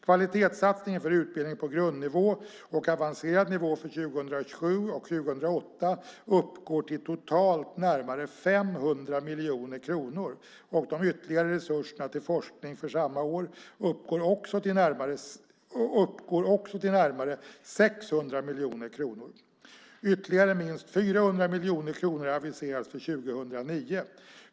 Kvalitetssatsningen för utbildning på grundnivå och avancerad nivå för 2007 och 2008 uppgår till totalt närmare 500 miljoner kronor, och de ytterligare resurserna till forskning för samma år uppgår också till närmare 600 miljoner kronor. Ytterligare minst 400 miljoner kronor har aviserats för 2009.